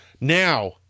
now